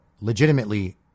legitimately